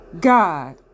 God